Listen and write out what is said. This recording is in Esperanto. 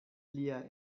lia